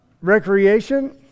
recreation